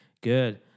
good